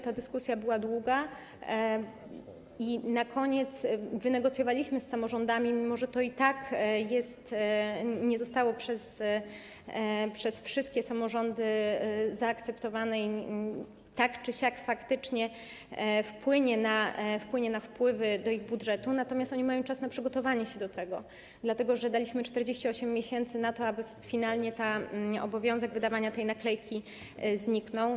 Ta dyskusja była długa i na koniec wynegocjowaliśmy z samorządami, mimo że to i tak nie zostało przez wszystkie samorządy zaakceptowane, a tak czy siak faktycznie wpłynie to na wpływy do ich budżetu, i one mają czas na przygotowanie się do tego, dlatego że daliśmy 48 miesięcy na to, aby finalnie obowiązek wydawania naklejki zniknął.